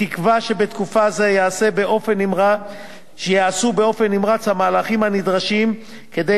בתקווה שבתקופה זו ייעשו באופן נמרץ המהלכים הנדרשים כדי